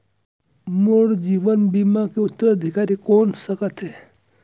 मोर जीवन बीमा के उत्तराधिकारी कोन सकत हे?